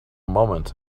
moment